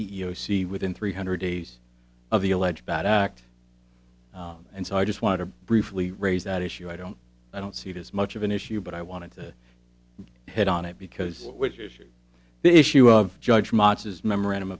c within three hundred days of the alleged bad act and so i just wanted to briefly raise that issue i don't i don't see it as much of an issue but i wanted to hit on it because which is the issue of judge motss memorandum